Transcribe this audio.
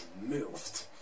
moved